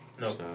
no